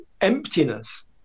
emptiness